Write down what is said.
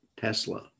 Tesla